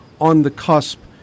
on-the-cusp